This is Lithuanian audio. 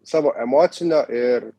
savo emocinio ir